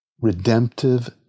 redemptive